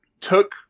took